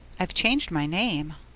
i've changed my name.